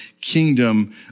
kingdom